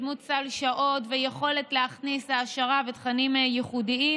בדמות סל שעות ויכולת להכניס העשרה ותכנים ייחודיים,